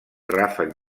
ràfec